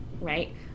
right